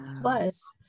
Plus